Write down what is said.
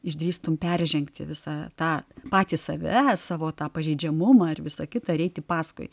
išdrįstum peržengti visą tą patį savę savo tą pažeidžiamumą ir visą kitą ir eiti paskui